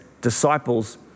disciples